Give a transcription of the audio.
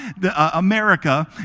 America